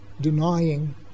denying